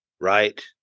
Right